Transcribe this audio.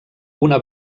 una